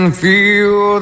feel